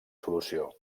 solució